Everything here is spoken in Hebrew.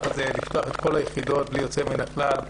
לפתוח את כל היחידות בלי יוצא מן הכלל,